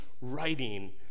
writing